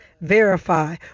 verify